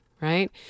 Right